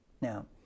Now